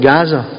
Gaza